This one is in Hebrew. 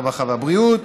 הרווחה והבריאות.